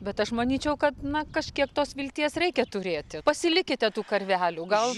bet aš manyčiau kad na kažkiek tos vilties reikia turėti pasilikite tų karvelių gal